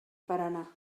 paranà